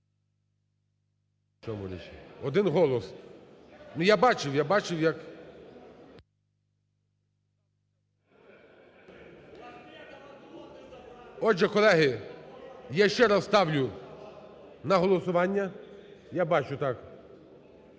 Один голос. Ну, я бачив, я бачив як… Отже, колеги, я ще раз ставлю на голосування (я бачу, так)